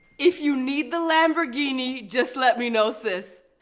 if you need the lamborghini just let me know sis!